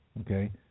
Okay